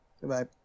goodbye